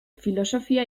filosofia